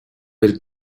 will